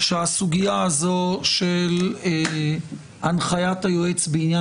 שהסוגיה הזו של הנחיית היועץ בעניין